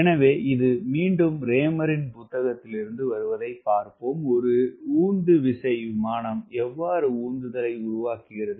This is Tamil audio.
எனவே இது மீண்டும் ரேமரின் புத்தகத்திலிருந்து வருவதைப் பார்ப்போம் ஒரு உந்துவிசை விமானம் எவ்வாறு உந்துதலை உருவாக்குகிறது